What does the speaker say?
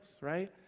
right